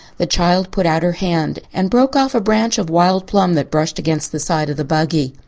the child put out her hand and broke off a branch of wild plum that brushed against the side of the buggy.